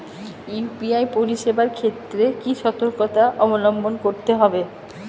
UPI পরিসেবার ক্ষেত্রে কি সতর্কতা অবলম্বন করতে হবে?